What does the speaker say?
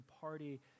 party